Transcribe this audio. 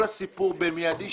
כל הסיפור במיידי הוא